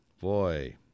boy